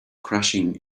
crashing